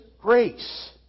grace